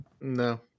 No